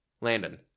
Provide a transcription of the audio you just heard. Landon